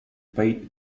pay